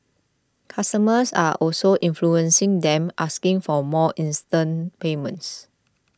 customers are also influencing them asking for more instant payments